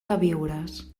queviures